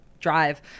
drive